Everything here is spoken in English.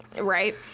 Right